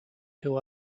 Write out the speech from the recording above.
who